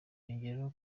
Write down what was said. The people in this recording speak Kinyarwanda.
yongeraho